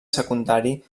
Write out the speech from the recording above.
secundari